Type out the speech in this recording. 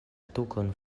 tukon